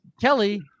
kelly